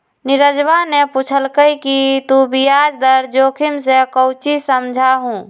नीरजवा ने पूछल कई कि तू ब्याज दर जोखिम से काउची समझा हुँ?